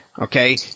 Okay